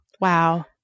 Wow